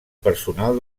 personal